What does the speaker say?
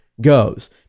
goes